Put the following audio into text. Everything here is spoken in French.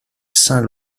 saint